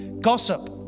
Gossip